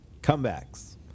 comebacks